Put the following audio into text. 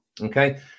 Okay